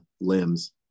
limbs